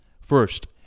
First